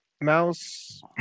Mouse